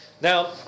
Now